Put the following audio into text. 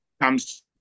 comes